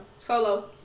Solo